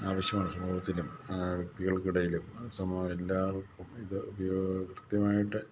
ആവശ്യമാണ് സമൂഹത്തിലും വ്യക്തികൾക്കിടയിലും സമം എല്ലാവർക്കും ഇത് ഉപയോഗ കൃത്യമായിട്ട്